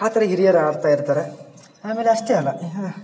ಆ ಥರ ಹಿರಿಯರು ಆಡ್ತಾ ಇರ್ತಾರೆ ಆಮೇಲೆ ಅಷ್ಟೇ ಅಲ್ಲ